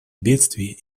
бедствий